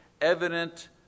evident